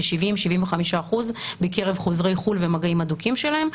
כ-70% 75% בקרב חוזרי חו"ל ומגעים הדוקים שלהם,